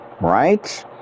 Right